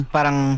Parang